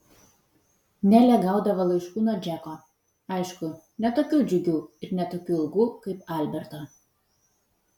nelė gaudavo laiškų nuo džeko aišku ne tokių džiugių ir ne tokių ilgų kaip alberto